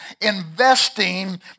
investing